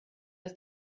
das